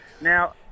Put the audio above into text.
Now